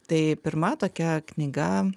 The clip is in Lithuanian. tai pirma tokia knyga